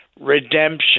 redemption